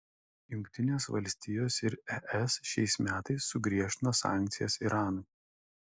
jungtinės valstijos ir es šiais metais sugriežtino sankcijas iranui